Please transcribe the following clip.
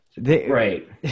right